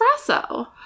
espresso